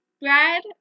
Brad